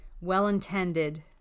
well-intended